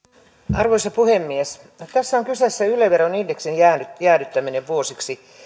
arvoisa puhemies tässä on kyseessä yle veron indeksin jäädyttäminen vuosiksi